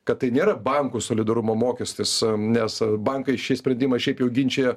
kad tai nėra bankų solidarumo mokestis nes bankai šį sprendimą šiaip jau ginčija